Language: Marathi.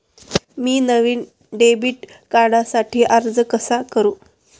मी नवीन डेबिट कार्डसाठी अर्ज कसा करू?